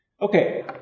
Okay